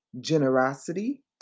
generosity